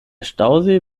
stausee